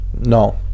No